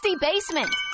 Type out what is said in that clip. basement